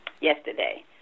yesterday